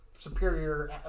Superior